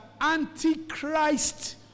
antichrist